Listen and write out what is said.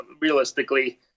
realistically